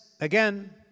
again